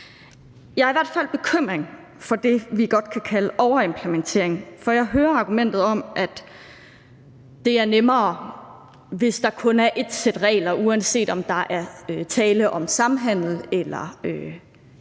Jeg er i hvert fald bekymret for det, vi godt kan kalde overimplementering. Jeg hører argumentet om, at det er nemmere, hvis der kun er ét sæt regler, uanset om der er tale om samhandel eller